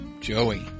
Joey